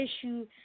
issue